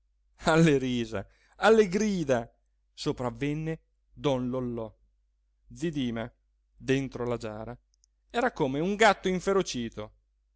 alle risa alle grida sopravvenne don lollò zi dima dento la giara era come un gatto inferocito